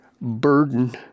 burden